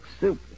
soup